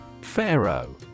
Pharaoh